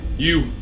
you.